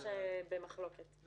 שלום לכולם, אני מתכבד לפתוח את הדיון.